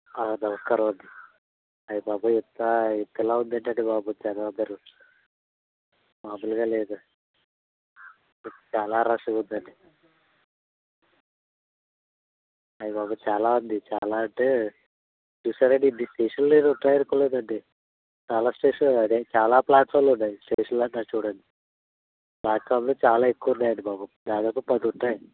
నమస్కారమండి అయిబాబోయ్ ఇంత ఇంతలా ఉందేంటండి బాబు జనమందరు మామూలుగా లేదు చాలా రష్గా ఉందండి అయిబాబోయ్ చాలా ఉంది దాదాపు చూసారా ఇన్ని స్టేషన్లు నేను ఉంటాయనుకోలేదండి చాలా స్టేషన్లు ఉన్నాయి చాలా ఫ్లాట్ఫామ్లు ఉన్నాయి స్టేషన్లో చూడండి ఫ్లాట్ఫామ్లు చాలా ఎక్కువ ఉన్నాయండి బాబు చాలా అంటే పది ఉంటాయి